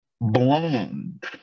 blonde